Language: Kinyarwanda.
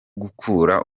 gukurura